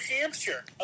Hampshire